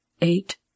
eight